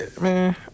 man